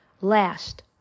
Last